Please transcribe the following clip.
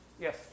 Yes